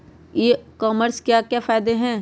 ई commerce के क्या फायदे हैं?